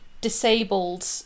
disabled